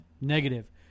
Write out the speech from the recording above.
negative